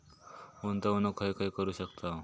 गुंतवणूक खय खय करू शकतव?